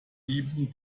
dieben